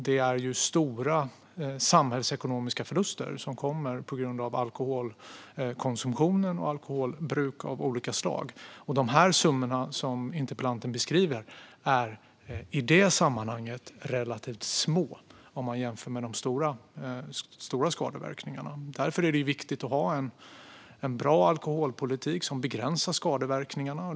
Det är stora samhällsekonomiska förluster som kommer på grund av alkoholkonsumtion och alkoholbruk av olika slag. De summor som interpellanten beskriver är i det sammanhanget relativt små - om man jämför med de stora skadeverkningarna. Det är viktigt att ha en bra alkoholpolitik som begränsar skadeverkningarna.